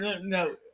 No